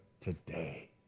today